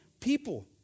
people